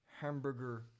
hamburger